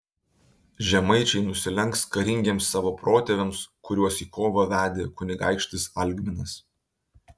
žemaičiai nusilenks karingiems savo protėviams kuriuos į kovą vedė kunigaikštis algminas